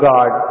God